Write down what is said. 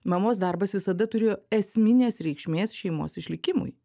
mamos darbas visada turėjo esminės reikšmės šeimos išlikimui